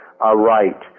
aright